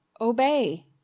Obey